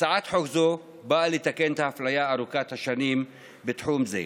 הצעת חוק זו באה לתקן את האפליה ארוכת השנים בתחום זה.